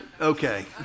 okay